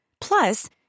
Plus